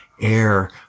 air